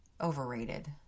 Overrated